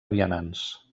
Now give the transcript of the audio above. vianants